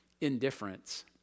indifference